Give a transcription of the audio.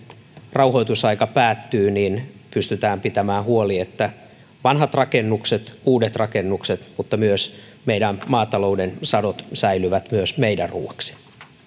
rauhoitusaika päättyy niin pystytään pitämään huoli että vanhat rakennukset uudet rakennukset säilyvät mutta myös että meidän maatalouden sadot säilyvät meidän ruoaksemme